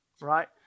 right